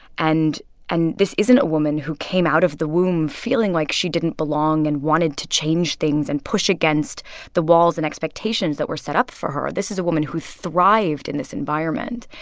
and and this isn't a woman who came out of the womb feeling like she didn't belong and wanted to change things and push against the walls and expectations that were set up for her. this is a woman who thrived in this environment.